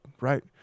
right